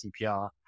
CPR